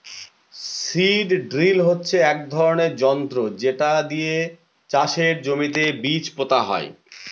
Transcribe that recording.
seed drill হচ্ছে এক ধরনের যন্ত্র যেটা দিয়ে চাষের জমিতে বীজ পোতা হয়